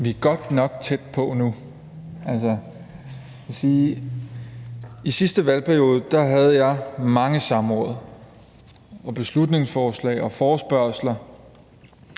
Vi er godt nok tæt på nu. Altså, i sidste valgperiode havde jeg mange samråd og beslutningsforslag og forespørgsler,